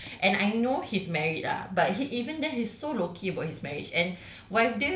man on earth and I know he's married lah but he even then he's so low key about his marriage and